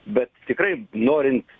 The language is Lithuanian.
bet tikrai norint